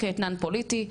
או כתנאי פוליטי,